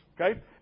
Okay